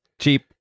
cheap